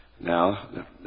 Now